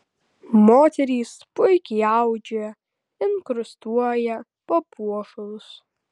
moterys puikiai audžia inkrustuoja papuošalus